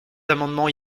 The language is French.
amendements